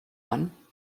one